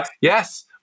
Yes